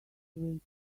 waiting